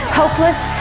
hopeless